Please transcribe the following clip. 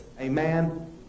Amen